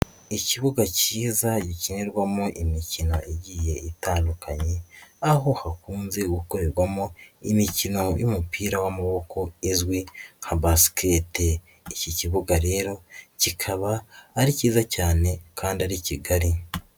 Ikibuga cyiza gikinirwamo imikino igiye itandukanye aho hakunze gukorerwamo imikino y'umupira w'amaboko izwi nka basiketi, iki kibuga rero kikaba ari cyiza cyane kandi ari kigari.